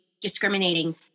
discriminating